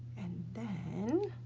and then,